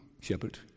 shepherd